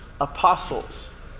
apostles